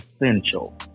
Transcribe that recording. essential